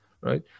right